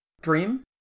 Dream